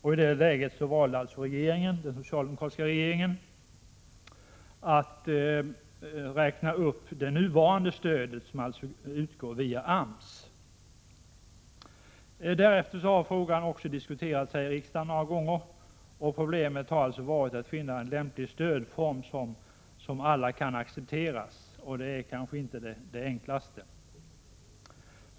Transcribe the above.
I det läget valde den socialdemokratiska regeringen att räkna upp det nuvarande bilstödet, som alltså utgår via AMS. Därefter har frågan diskuterats här i riksdagen några gånger. Problemet har varit att finna en lämplig stödform som alla kan acceptera, och det är kanske inte det enklaste.